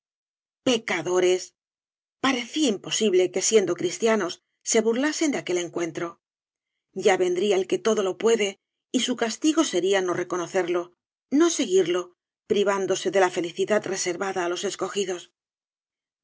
pecadores parecía imposible que siendo cristianos se burlasen de aquel encuentro ya vendría el que todo lo puede y su castigo sería no reconocerlo no seguirlo privándose de la felicidad reservada á los escogidos